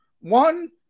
One